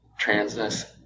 transness